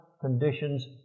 conditions